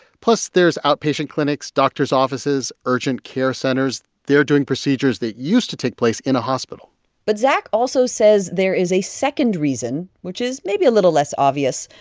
plus, there's outpatient clinics, doctors' offices, urgent care centers. they are doing procedures that used to take place in a hospital but zack also says there is a second reason, which is maybe a little less obvious,